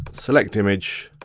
select image,